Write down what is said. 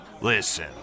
Listen